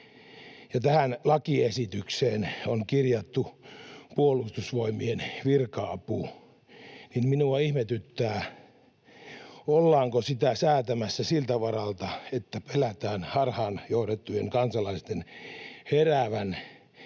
tähän lakiesitykseen on kirjattu Puolustusvoimien virka-apu, niin minua ihmetyttää, ollaanko sitä säätämässä siltä varalta, että pelätään harhaanjohdettujen kansalaisten heräävän